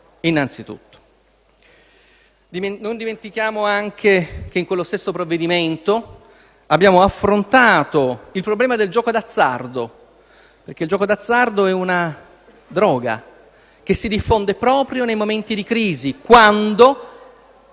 innanzitutto. Non dimentichiamo anche che in quello stesso provvedimento abbiamo affrontato il problema del gioco d'azzardo, perché il gioco d'azzardo è una droga che si diffonde proprio nei momenti di crisi, quando